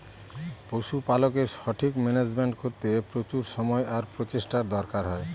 পশুপালকের সঠিক মান্যাজমেন্ট করতে প্রচুর সময় আর প্রচেষ্টার দরকার হয়